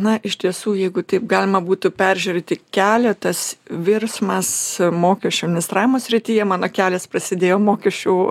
na iš tiesų jeigu taip galima būtų peržiūrėti keletas virsmas mokesčių administravimo srityje mano kelias prasidėjo mokesčių